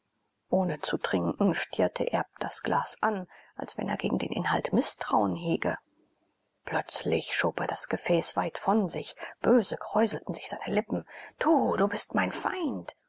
ohne zu trinken stierte erb das glas an als wenn er gegen den inhalt mißtrauen hege plötzlich schob er das gefäß weit von sich böse kräuselten sich seine lippen du du bist mein feind